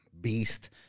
beast